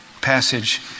passage